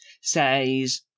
says